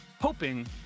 hoping